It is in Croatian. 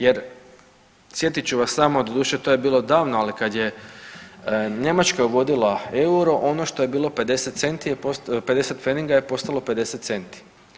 Jer sjetit ću vas samo, doduše to je bilo davno, ali kad je Njemačka uvodila euro ono što je bilo 50 centi, 50 pfeninga je postalo 50 centi.